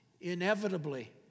inevitably